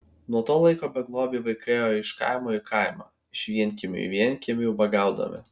nuo to laiko beglobiai vaikai ėjo iš kaimo į kaimą iš vienkiemio į vienkiemį ubagaudami